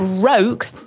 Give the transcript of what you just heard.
broke